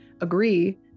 agree